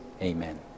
amen